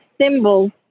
symbols